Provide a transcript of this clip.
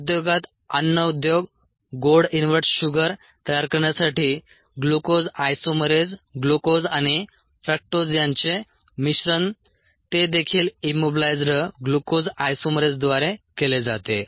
उद्योगात अन्न उद्योग गोड इनव्हर्ट शुगर तयार करण्यासाठी ग्लुकोज आयसोमेरेझ ग्लुकोज आणि फ्रक्टोज यांचे मिश्रण ते देखील इम्मोबिलायइझ्ड ग्लुकोज आयसोमेरेझद्वारे केले जाते